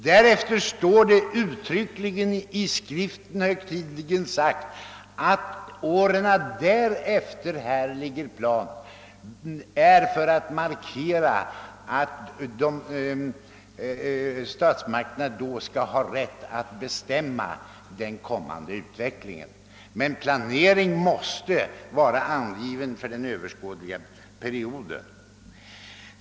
Sedan står det uttryckligen i texten att skälet till att budet ligger plant åren därefter är att man därmed vill markera att statsmakterna skall ha rätt att bestämma den kommande utvecklingen. Men planeringen måste vara angiven för den överskådliga perioden.